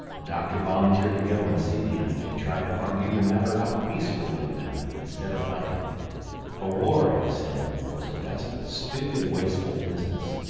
the doctor volunteered to go and see the enemy and try to argue the matter out peacefully with them instead of fighting for war, he said, was at best a stupid wasteful business.